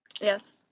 Yes